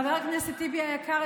חבר הכנסת טיבי היקר,